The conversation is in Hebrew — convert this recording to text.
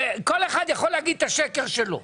כל אחד יכול להגיד את השקר שלו.